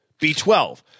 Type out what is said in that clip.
B12